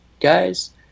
guys